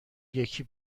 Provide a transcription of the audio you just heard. یکی